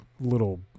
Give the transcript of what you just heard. little